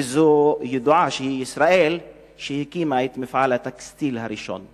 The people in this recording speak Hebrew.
וידוע שישראל שהקימה את מפעל "הטקסטיל" הראשון.